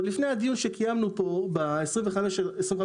עוד לפני הדיון שקיימנו פה ב-25 באוקטובר,